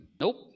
Nope